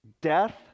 death